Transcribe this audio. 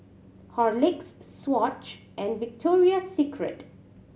Horlicks Swatch and Victoria Secret